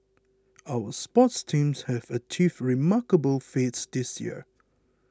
our sports teams have achieved remarkable feats this year